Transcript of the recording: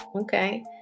Okay